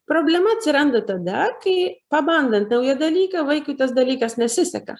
problema atsiranda tada kai pabandant naują dalyką vaikui tas dalykas nesiseka